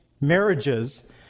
marriages